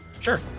Sure